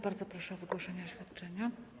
Bardzo proszę o wygłoszenie oświadczenia.